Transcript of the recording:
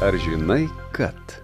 ar žinai kad